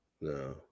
no